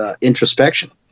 introspection